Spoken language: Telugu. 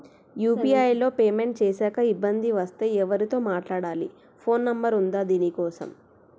యూ.పీ.ఐ లో పేమెంట్ చేశాక ఇబ్బంది వస్తే ఎవరితో మాట్లాడాలి? ఫోన్ నంబర్ ఉందా దీనికోసం?